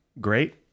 great